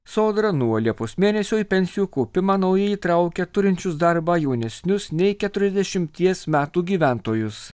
sodra nuo liepos mėnesio į pensijų kaupimą naujai įtraukia turinčius darbą jaunesnius nei keturiasdešimties metų gyventojus